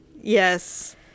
Yes